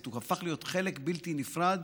הוא הפך להיות חלק בלתי נפרד